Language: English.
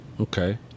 Okay